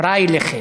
פרייליכע.